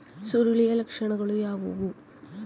ಸುರುಳಿಯ ಲಕ್ಷಣಗಳು ಯಾವುವು?